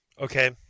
Okay